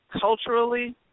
Culturally